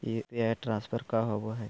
UPI transfer का होव हई?